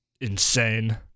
insane